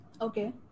Okay